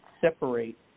separate